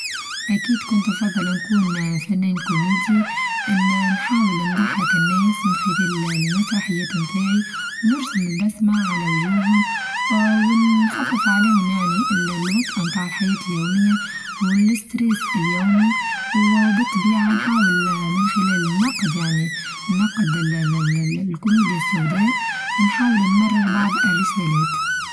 أكيد كنت أفظل نكون فنان كوميدي أن نحاول نضحك الناس من خلال المسرحيات نتاعي ونرسم البسمة على وجوههم ونخفف عليهم يعني الوطأة متاع الحياة اليومية والأستريس اليومي وبالطبيعة نحاول من خلال النقد يعني نقد ال-ال-الكوميديا السوداء نحاول نمرر بعض الرسالات.